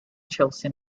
chelsea